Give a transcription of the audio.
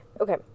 okay